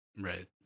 Right